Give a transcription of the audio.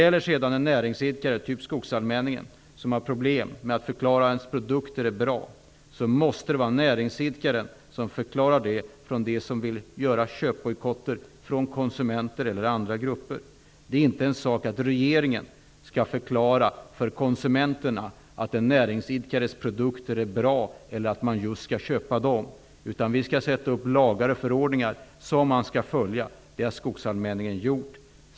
När vidare en näringsidkare, som t.ex. denna skogsallmänning, har problem med att förklara att de egna produkterna är bra, måste det vara näringsidkarens uppgift att förklara läget för dem som vill genomföra köpbojkotter, oavsett om de är konsumenter eller tillhör andra grupper. Det är inte en uppgift för regeringen att förklara för konsumenterna att en näringsidkares produkter är bra eller att just dessa skall köpas. Den skall utfärda lagar och förordningar som skall följas, och det har skogsallmänningen också gjort.